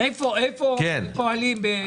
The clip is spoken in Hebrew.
איפה פועלים באכיפה במקרקעין?